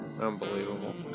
Unbelievable